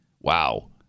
Wow